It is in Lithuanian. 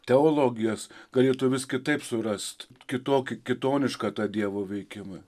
teologijas galėtų vis kitaip surast kitokį kitonišką tą dievo veikimą